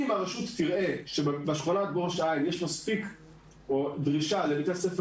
אם הרשות תראה שבשכונה בראש העין יש מספיק דרישה לבתי ספר